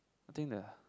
think the